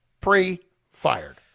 pre-fired